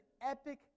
epic